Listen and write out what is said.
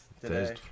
today